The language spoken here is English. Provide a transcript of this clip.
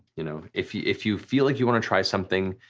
you know if you if you feel like you wanna try something,